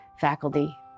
faculty